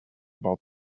about